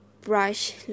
brush